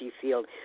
field